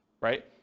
right